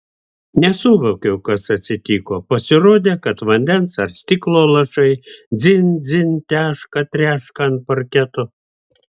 nesuvokiau kas atsitiko pasirodė kad vandens ar stiklo lašai dzin dzin teška treška ant parketo